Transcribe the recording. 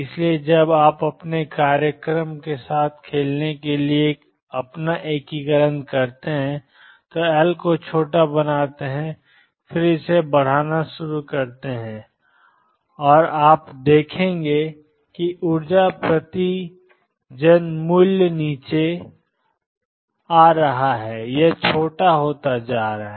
इसलिए जब आप अपने कार्यक्रम के साथ खेलने के लिए अपना एकीकरण करते हैं तो एल को छोटा बनाते हैं और फिर इसे बढ़ाना शुरू करते हैं और आप देखेंगे कि ऊर्जा प्रतिजन मूल्य नीचे आ रहा है यह छोटा होता जा रहा है